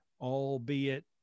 albeit